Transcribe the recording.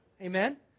Amen